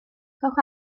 rhowch